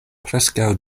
preskaŭ